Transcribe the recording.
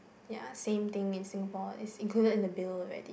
ya same thing in Singapore is included in the bill already